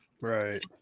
Right